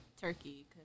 turkey